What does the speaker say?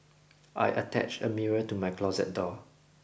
I attached a mirror to my closet door